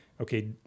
Okay